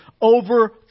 over